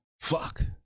Fuck